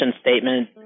statement